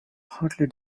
hartley